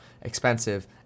expensive